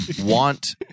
want